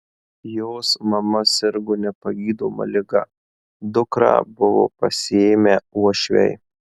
jos mama sirgo nepagydoma liga dukrą buvo pasiėmę uošviai